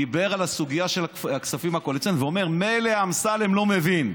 דיבר על הסוגיה של הכספים הקואליציוניים ואמר: מילא אמסלם לא מבין.